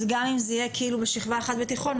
אז גם אם זה יהיה כאילו בשכבה אחת בתיכון,